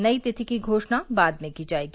नई तिथि की घोषणा बाद में की जाएगी